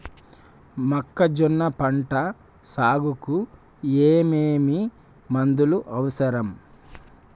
మొక్కజొన్న పంట సాగుకు ఏమేమి మందులు అవసరం?